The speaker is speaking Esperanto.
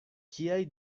kiaj